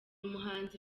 umuhanzi